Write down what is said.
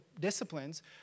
disciplines